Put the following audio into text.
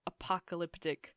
apocalyptic